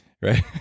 right